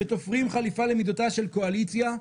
ותופרים חליפה למידותיה של הקואליציה.